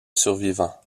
survivant